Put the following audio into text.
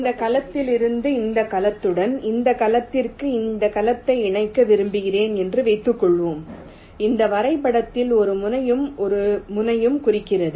இந்த கலத்திலிருந்து இந்த கலத்துடன் இந்த கலத்திற்கு இந்த கலத்தை இணைக்க விரும்புகிறேன் என்று வைத்துக்கொள்வோம் இந்த வரைபடத்தில் இந்த முனையும் இந்த முனையும் குறிக்கிறது